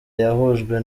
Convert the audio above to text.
yahujwe